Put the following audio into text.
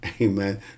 Amen